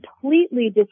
completely